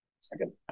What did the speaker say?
Second